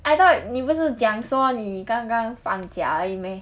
I thought 你不是讲说你刚刚放假而已 meh